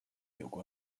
有关